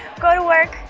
go to work,